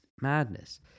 Madness